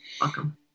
Welcome